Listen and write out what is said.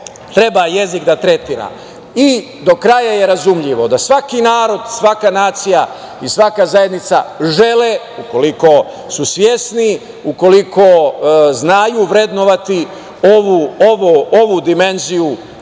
treba jezik da tretira. Do kraja je razumljivo da svaki narod, svaka nacija i svaka zajednica žele, ukoliko su svesni, ukoliko znaju vrednovati ovu dimenziju